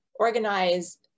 Organize